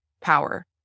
power